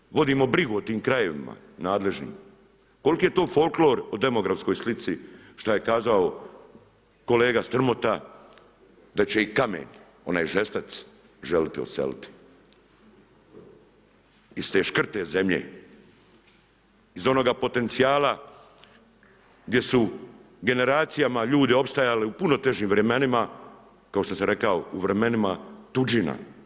Koliko vodimo brigu o tim krajevima nadležnima, koliki je to folklor o demografskoj slici šta je kazao kolega Strmota da će i kamen, onaj žestac želiti odseliti iz te škrte zemlje, iz onoga potencijala gdje su generacijama ljudi opstajali u puno težim vremenima kao što sam rekao u vremenima tuđina.